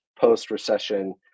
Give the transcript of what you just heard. post-recession